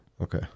Okay